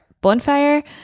bonfire